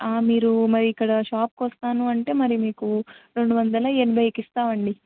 మీరు మరి ఇక్కడ షాప్కొస్తాను అంటే మరి మీకు రెండు వందల ఎనభైకి ఇస్తామండి